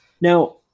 Now